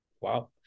Wow